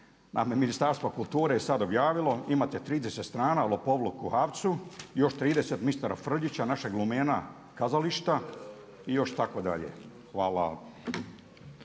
a Ministarstvo kulture je sad objavilo imate 30 strana lopovluk u HAVC-u i još 30 mistera Frljića našeg lumena kazališta i još tako dalje. Hvala.